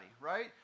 right